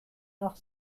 nach